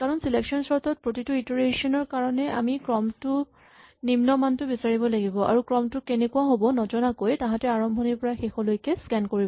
কাৰণ selection sort ত প্ৰতিটো ইটাৰেচন ৰ কাৰণে আমি ক্ৰমটোৰ সৰ্বনিম্ন মানটো বিচাৰিব লাগিব আৰু ক্ৰমটো কেনেকুৱা হ'ব নজনাকৈ তাহাঁতে আৰম্ভণিৰ পৰা শেষলৈকে স্কেন কৰিব